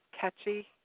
catchy